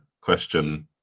question